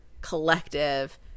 collective